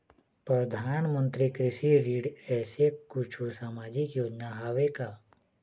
परधानमंतरी कृषि ऋण ऐसे कुछू सामाजिक योजना हावे का?